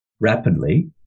rapidly